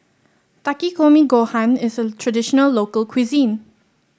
Takikomi Gohan is a traditional local cuisine